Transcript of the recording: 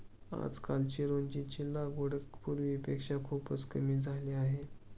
आजकाल चिरोंजीची लागवड पूर्वीपेक्षा खूपच कमी झाली आहे